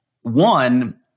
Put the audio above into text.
One